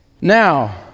Now